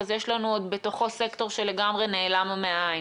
יש לנו בתוכו סקטור שלגמרי נעלם מהעין.